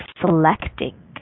selecting